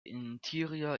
interior